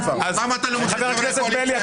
למה אתה --- חבר הכנסת בליאק,